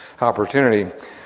opportunity